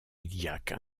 iliaque